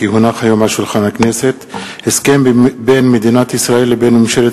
כי הונח היום על שולחן הכנסת הסכם בין מדינת ישראל לבין ממשלת